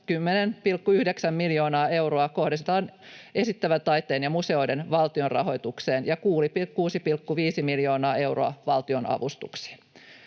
10,9 miljoonaa euroa kohdistetaan esittävän taiteen ja museoiden valtionrahoitukseen ja 6,5 miljoonaa euroa valtionavustuksiin.